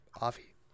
Avi